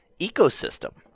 ecosystem